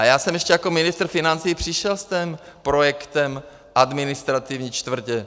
Já jsem ještě jako ministr financí přišel s projektem administrativní čtvrti.